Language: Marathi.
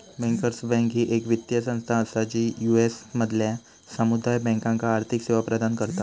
बँकर्स बँक ही येक वित्तीय संस्था असा जी यू.एस मधल्या समुदाय बँकांका आर्थिक सेवा प्रदान करता